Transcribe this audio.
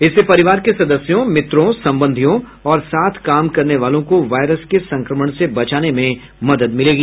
इससे परिवार के सदस्यों मित्रों संबंधियों और साथ काम करने वालों को वायरस के संक्रमण से बचाने में मदद मिलेगी